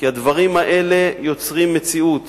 כי הדברים האלה יוצרים מציאות